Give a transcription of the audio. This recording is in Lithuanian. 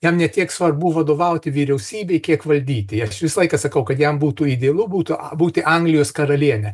jam ne tiek svarbu vadovauti vyriausybei kiek valdyti aš visą laiką sakau kad jam būtų idealu būtų būti anglijos karaliene